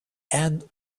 and